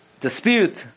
dispute